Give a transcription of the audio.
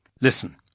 Listen